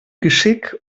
geschick